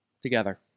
together